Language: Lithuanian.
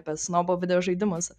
apie snobo videožaidimus